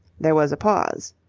there was a pause.